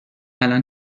الان